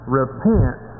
repent